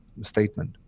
statement